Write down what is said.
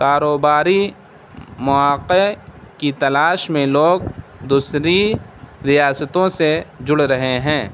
کاروباری مواقع کی تلاش میں لوگ دوسری ریاستوں سے جڑ رہے ہیں